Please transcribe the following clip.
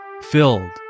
filled